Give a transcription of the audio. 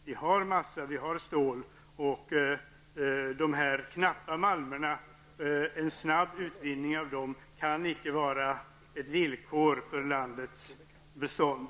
Vi har ju massa, och vi har stål. En snabb utvinning av de knappa malmerna kan icke vara ett villkor för landets bestånd.